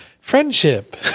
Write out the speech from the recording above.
Friendship